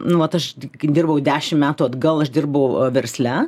nu vat aš kai dirbau dešim metų atgal aš dirbau versle